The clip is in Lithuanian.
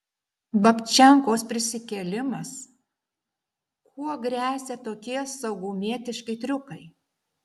babčenkos prisikėlimas kuo gresia tokie saugumietiški triukai